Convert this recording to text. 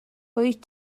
wyt